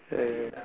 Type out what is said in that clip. uh